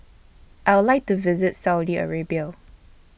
I Would like to visit Saudi Arabia